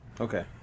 Okay